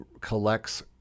collects